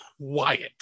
quiet